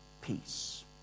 peace